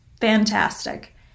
fantastic